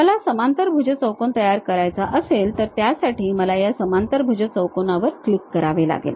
मला समांतरभुज चौकोन तयार करायचा असेल तर त्यासाठी मला या समांतरभुज चौकोनावर क्लिक करावे लागेल